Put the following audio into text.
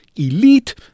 elite